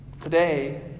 Today